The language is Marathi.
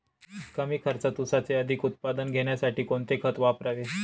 कमी खर्चात ऊसाचे अधिक उत्पादन घेण्यासाठी कोणते खत वापरावे?